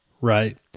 right